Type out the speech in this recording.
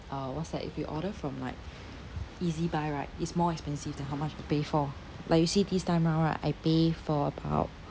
uh what's that if you order from like ezbuy right it's more expensive than how much you pay for like you see this time round right I pay for about